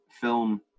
film